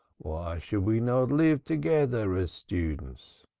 why should we not live together as students,